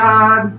God